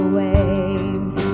waves